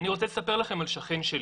אני רוצה לספר לכם על שכן שלי.